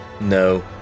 no